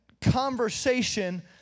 conversation